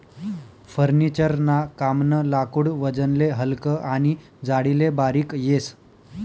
furniture ना कामनं लाकूड वजनले हलकं आनी जाडीले बारीक येस